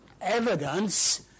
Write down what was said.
evidence